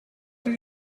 did